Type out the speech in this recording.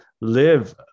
live